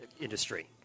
industry